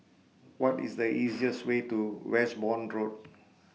What IS The easiest Way to Westbourne Road